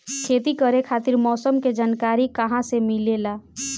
खेती करे खातिर मौसम के जानकारी कहाँसे मिलेला?